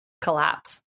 collapse